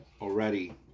already